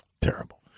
Terrible